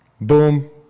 boom